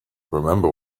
remember